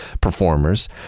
performers